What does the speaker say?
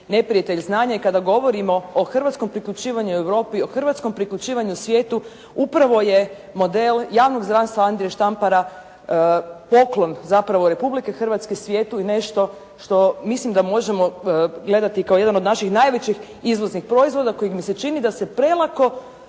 neprijatelj.“. Znanje je kada govorimo o hrvatskom priključivanju Europi, o hrvatskom priključivanju svijetu upravo je model javnog zdravstva Andrije Štampara poklon zapravo Republike Hrvatske svijetu i nešto što mislim da možemo gledati kao jedan od naših najvećih izvoznih proizvoda kojega mi se čini da se prelako